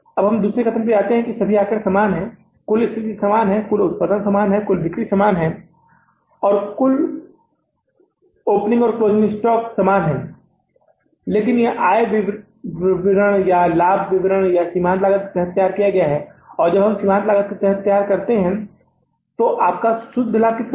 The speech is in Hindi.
अब हम दूसरे कथन पर जाते हैं सभी आंकड़े समान हैं कुल स्थिति समान है कुल उत्पादन समान है कुल बिक्री समान है और कुल उद्घाटन और क्लोजिंग स्टॉक समान हैं लेकिन यह आय विवरण या लाभ विवरण सीमांत लागत के तहत तैयार किया गया है और जब यह सीमांत लागत के तहत तैयार किया गया है अब आपका शुद्ध लाभ कितना है